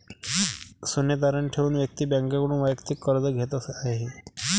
सोने तारण ठेवून व्यक्ती बँकेकडून वैयक्तिक कर्ज घेत आहे